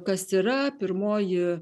kas yra pirmoji